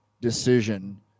decision